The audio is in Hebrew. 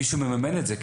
מישהו מממן את זה.